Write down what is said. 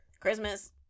christmas